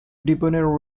debonair